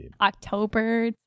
October